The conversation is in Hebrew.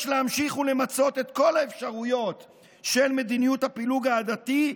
יש להמשיך ולמצות את כל האפשרויות של מדיניות הפילוג העדתי,